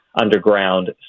underground